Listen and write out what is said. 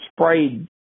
sprayed